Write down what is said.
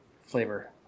flavor